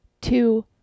Two